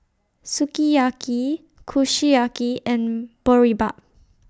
Sukiyaki Kushiyaki and Boribap